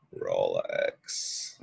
rolex